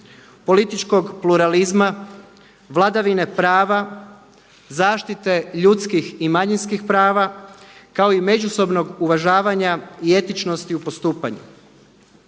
političkog pluralizma, vladavine prava, zaštite ljudskih i manjinskih prava kao i međusobnog uvažavanja i etičnosti u postupanju.